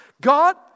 God